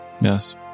Yes